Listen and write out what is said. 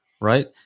right